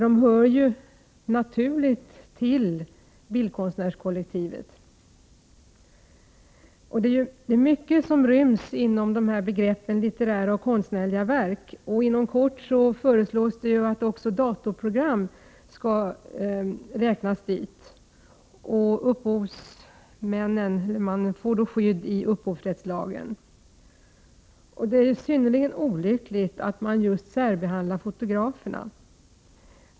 De hör ju naturligt till bildkonstnärskollektivet. Det är mycket som ryms inom begreppen litterära och konstnärliga verk. Inom kort föreslås att också datorprogram skall räknas dit. Upphovsman får då skydd i upphovsrättslagen. Det är synnerligen olyckligt att särbehandla fotograferna.